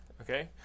Okay